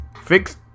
Fix